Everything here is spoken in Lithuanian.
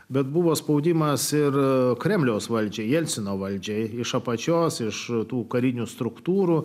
bet buvo spaudimas ir kremliaus valdžiai jelcino valdžia iš apačios ir šratų karinių struktūrų